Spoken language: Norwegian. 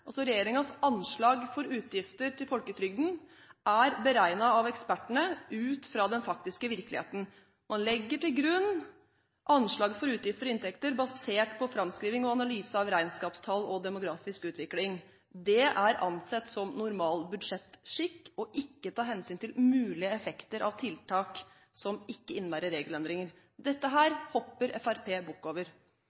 altså regjeringens – anslag for utgifter til folketrygden er beregnet av ekspertene ut fra den faktiske virkeligheten. Man legger til grunn anslag for utgifter og inntekter basert på framskriving og analyse av regnskapstall og demografisk utvikling. Det er ansett som normal budsjettskikk ikke å ta hensyn til mulige effekter av tiltak som ikke innebærer regelendringer. Dette